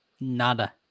Nada